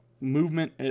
movement